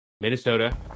Minnesota